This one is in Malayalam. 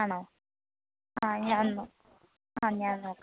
ആണോ ആ ഞാനൊന്ന് ഞാനൊന്ന് നോക്കാം